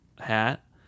hat